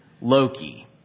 Loki